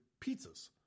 pizzas